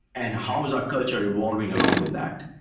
and how is our culture evolving along with that?